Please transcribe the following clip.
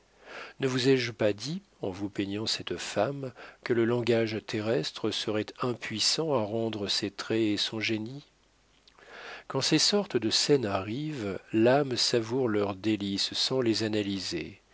ne vous ai-je pas dit en vous peignant cette femme que le langage terrestre serait impuissant à rendre ses traits et son génie quand ces sortes de scènes arrivent l'âme savoure leurs délices sans les analyser